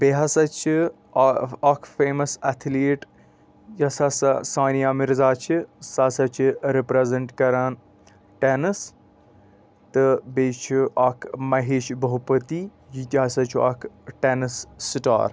بیٚیہِ ہَسا چھِ اَ اَکھ فیمَس اٮ۪تھلیٖٹ یوٚس ہَسا سانیہ مِرزا چھِ سۄ ہسا چھِ رِپرٛزَنٛٹ کَران ٹٮ۪نٕس تہٕ بیٚیہِ چھُ اَکھ مہیش بٔہوٗپٔتی یِتہِ ہَسا چھُ اَکھ ٹٮ۪نٕس سٹار